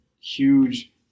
huge